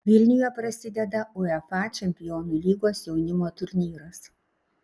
vilniuje prasideda uefa čempionų lygos jaunimo turnyras